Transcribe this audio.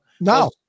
No